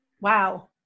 Wow